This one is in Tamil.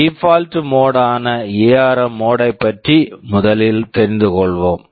டீபால்ட் default மோட் mode ஆன எஆர்ம் ARM மோட் mode ஐப் பற்றி முதலில் தெரிந்து கொள்வோம்